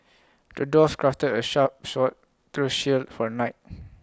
the dwarf crafted A sharp sword through shield for the knight